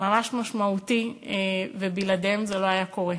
ממש משמעותי ובלעדיהם זה לא היה קורה.